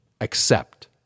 accept